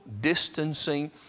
distancing